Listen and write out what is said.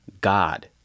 God